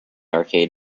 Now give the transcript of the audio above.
arcade